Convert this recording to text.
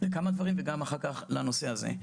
לכמה דברים וגם אחר כך לנושא הזה.